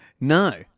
No